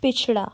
पिछड़ा